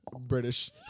British